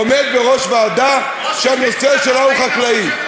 עומד בראש ועדה שהנושא שלה הוא חקלאי?